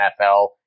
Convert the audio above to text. NFL